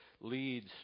leads